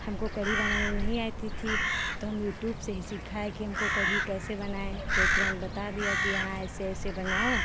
हमको कढ़ी बनाना नहीं आता था तो हम यूट्यूब से ही सीखा है कि हमको कढ़ी कैसे बनाएँ तो तुरन्त बता दिया कि हाँ ऐसे ऐसे बनाओ